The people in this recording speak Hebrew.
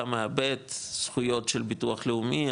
אתה מאבד זכויות של ביטוח לאומי,